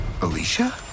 Alicia